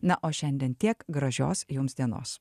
na o šiandien tiek gražios jums dienos